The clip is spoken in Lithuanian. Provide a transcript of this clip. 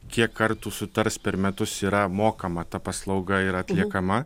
kiek kartų sutars per metus yra mokama ta paslauga ir atliekama